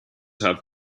have